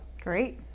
Great